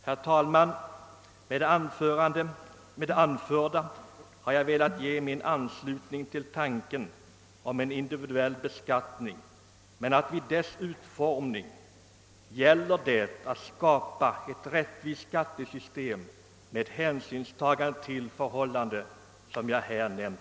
Herr talman! Med det anförda har jag velat ge min anslutning till tanken om en individuell beskattning. Vid dess utformning gäller det emellertid att skapa ett rättvist skattesystem med hänsynstagande till de förhållanden som jag här nämnt.